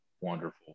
wonderful